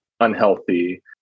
unhealthy